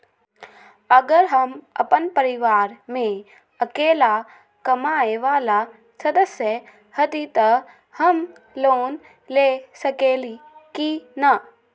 अगर हम अपन परिवार में अकेला कमाये वाला सदस्य हती त हम लोन ले सकेली की न?